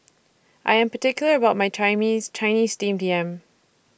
I Am particular about My chimes Chinese Steamed Yam